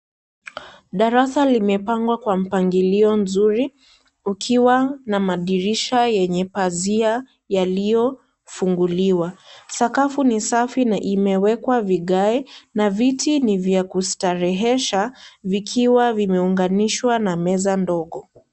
Darasa limepangwa kwa mpangilio mzuri, kukiwa na madirisha yenye pazia yaliyofunguliwa, sakafu ni safi na imewekwa vigai na viti ni vya kustarehesha, vikiwa vimeunganishwa na meza ndogo.